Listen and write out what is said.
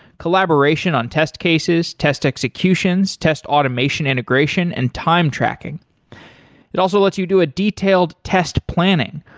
collaboration on test cases, test executions, test automation integration and time tracking it also lets you do a detailed test planning,